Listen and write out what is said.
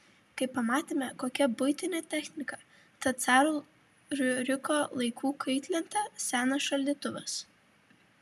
kai pamatėme kokia buitinė technika ta caro riuriko laikų kaitlentė senas šaldytuvas